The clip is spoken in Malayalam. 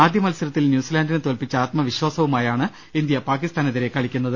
ആദ്യ മത്സരത്തിൽ ന്യൂസിലാന്റിനെ തോൽപ്പിച്ച് ആത്മവിശ്ചാസവുമായാണ് ഇന്തൃ പാകിസ്ഥാനെ തിരെ കളിക്കുന്നത്